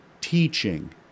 teaching